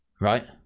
right